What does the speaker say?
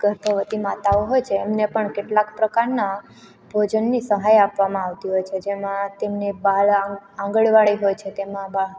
ગર્ભવતી માતાઓ હોય જે એમને પણ કેટલાક પ્રકારનાં ભોજનની સહાય આપવામાં આવતી હોય છે જેમાં તેમને બાળ આંગણવાડી હોય છે તેમાં બા